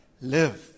live